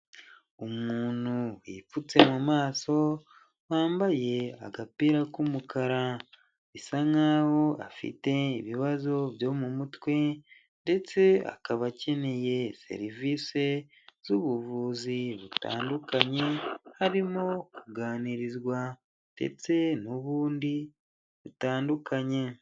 Umuntu yipfutse mu maso wambaye agapira k'umukara bisa nkaho afite ibibazo byo mu mutwe ndetse akaba akeneye serivisi z'ubuvuzi butandukanye harimo kuganirizwa ndetse n'ubundi butandukanye.